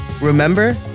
remember